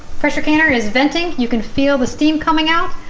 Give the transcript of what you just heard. pressure canner is venting you can feel the steam coming out.